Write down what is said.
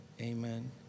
Amen